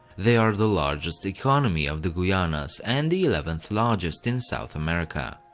they are the largest economy of the guianas and the eleventh largest in south america.